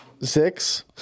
six